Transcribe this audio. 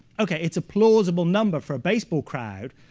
ok, it's a plausible number for a baseball crowd.